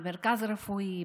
במרכז רפואי,